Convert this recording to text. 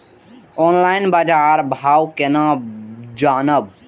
Online बाजार भाव केना जानब?